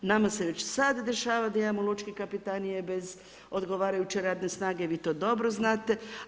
Nama se već sada dešava da imamo lučke kapetanije bez odgovarajuće radne snage, vi to dobro znate.